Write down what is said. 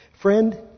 Friend